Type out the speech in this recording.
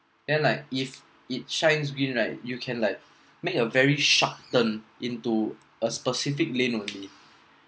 then like if it shines green right you can like make a very sharp turn into a specific lane only